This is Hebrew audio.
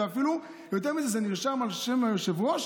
זה אפילו יותר מזה, זה נרשם על שם היושב-ראש